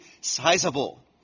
sizable